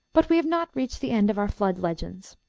but we have not reached the end of our flood legends.